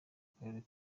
karere